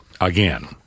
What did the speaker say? again